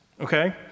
okay